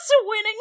winning